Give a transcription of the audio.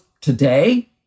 today